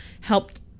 helped